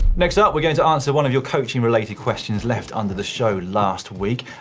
next up we're going to answer one of your coaching related questions, left under the show last week.